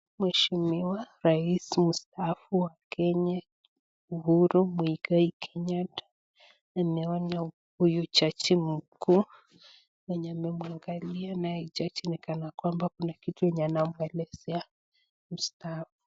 Mheshimiwa rais mtaafu wa Kenya, Uhuru Muigai Kenyatta, ameona huyu jaji mkuu mwenye amemuangalia, nae jaji ni kana kwamba kuna kitu yenye anamuelezea mstaafu.